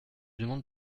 demande